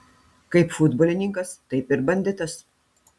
kaip futbolininkas taip ir banditas